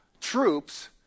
troops